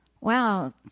Wow